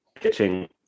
pitching